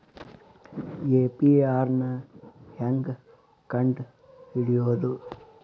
APR ನ ಹೆಂಗ್ ಕಂಡ್ ಹಿಡಿಯೋದು?